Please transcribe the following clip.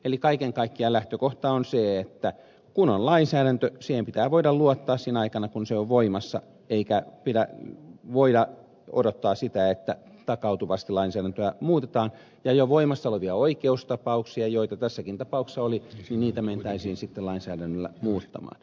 eli kaiken kaikkiaan lähtökohta on se että kun on lainsäädäntö siihen pitää voida luottaa sinä aikana kun se on voimassa eikä voida odottaa sitä että takautuvasti lainsäädäntöä muutetaan ja jo voimassa olevia oikeustapauksia joita tässäkin tapauksessa oli mentäisiin sitten lainsäädännöllä muuttamaan